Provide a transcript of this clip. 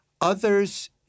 Others